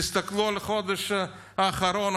תסתכלו על החודש האחרון,